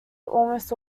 almost